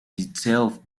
itself